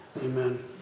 Amen